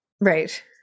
right